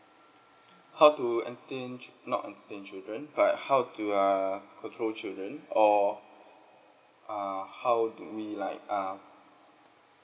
how to entertain not entertain children but how to err control children or uh how do we like uh